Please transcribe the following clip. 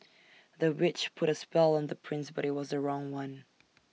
the witch put A spell on the prince but IT was the wrong one